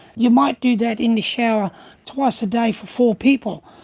you might do that in the shower twice a day for four people.